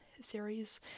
series